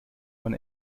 man